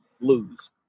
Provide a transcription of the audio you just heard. lose